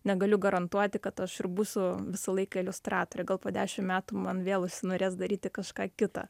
negaliu garantuoti kad aš ir būsiu visą laiką iliustratorė gal po dešim metų man vėl užsinorės daryti kažką kita